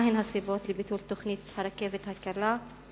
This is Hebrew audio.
מה הן הסיבות לביטול תוכנית הרכבת הקלה,